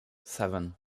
seven